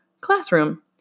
classroom